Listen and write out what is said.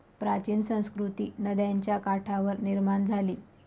प्राचीन संस्कृती नद्यांच्या काठावर निर्माण झाली